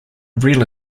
real